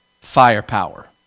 firepower